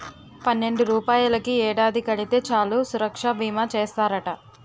పన్నెండు రూపాయలని ఏడాది కడితే చాలు సురక్షా బీమా చేస్తారట